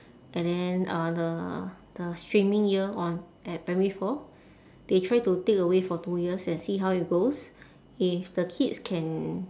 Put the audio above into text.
and then uh the the streaming year on at primary four they try to take away for two years and see how it goes if the kids can